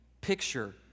picture